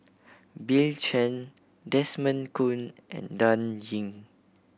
Bill Chen Desmond Kon and Dan Ying